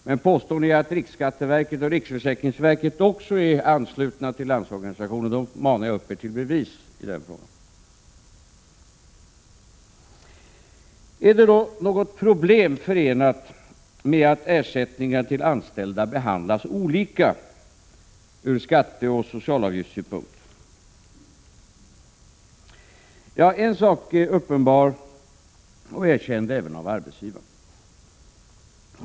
Om ni påstår att riksskatteverket och riksförsäkringsverket också är anslutna till Landsorganisationen uppmanar jag er att komma med bevis i den frågan. Finns det något problem med att ersättningar till anställda behandlas olika ur skatteoch socialavgiftssynpunkt? Ja, en sak är uppenbar och även erkänd av arbetsgivarna.